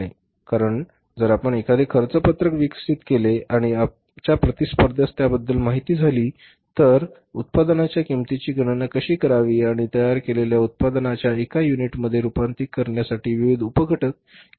कारण जर आपण एखादे खर्च पत्रक विकसित केले आणि आमच्या प्रतिस्पर्ध्यास त्याबद्दल माहिती झाली तर उत्पादनाच्या किंमतीची गणना कशी करावी आणि तयार केलेल्या उत्पादनाच्या एका युनिटमध्ये रूपांतरित करण्यासाठी विविध उप घटक